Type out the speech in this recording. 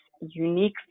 unique